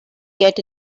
get